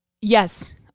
Yes